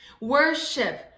Worship